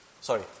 Sorry